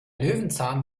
löwenzahn